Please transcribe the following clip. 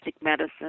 medicine